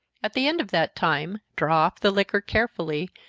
at the end of that time, draw off the liquor carefully,